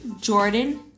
Jordan